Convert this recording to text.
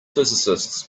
physicists